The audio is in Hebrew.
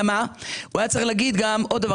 הוא היה צריך להגיד עוד דבר,